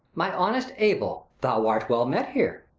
my honest abel? though art well met here.